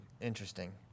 interesting